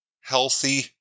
healthy